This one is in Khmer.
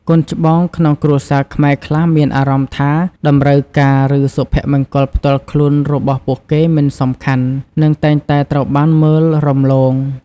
កូនច្បងក្នុងគ្រួសារខ្មែរខ្លះមានអារម្មណ៍ថា តម្រូវការ ឬ សុភមង្គលផ្ទាល់ខ្លួនរបស់ពួកគេមិនសំខាន់ និងតែងតែត្រូវបានមើលរំលង។